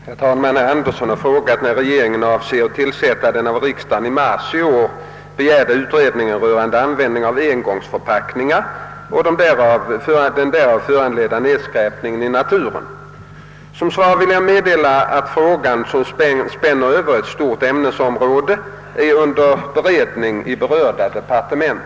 Herr talman! Herr Andersson i Örebro har frågat när regeringen avser att tillsätta den av riksdagen i mars i år begärda utredningen rörande användningen av engångsförpackningar och den därav föranledda nedskräpningen i naturen. Som svar vill jag meddela att frågan, som spänner Över ett stort ämnesområde, är under beredning i berörda departement.